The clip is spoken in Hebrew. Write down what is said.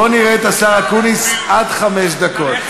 בואו נראה את השר אקוניס, עד חמש דקות.